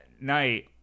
night